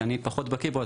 שאני פחות בקיא בו,